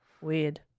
Weird